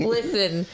Listen